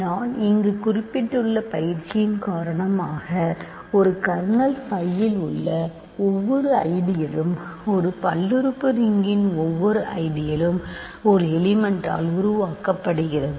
நான் இங்கு குறிப்பிட்டுள்ள பயிற்சி யின் காரணமாக ஒரு கர்னல் phi இல் உள்ள ஒவ்வொரு ஐடியழும் ஒரு பல்லுறுப்பு ரிங்கின் ஒவ்வொரு ஐடியழும் ஒரு எலிமெண்ட் ஆல் உருவாக்கப்படுகிறது